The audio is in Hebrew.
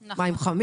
חמים?